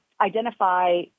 identify